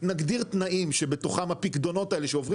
נגדיר תנאים שבתוכם הפיקדונות האלה שעוברים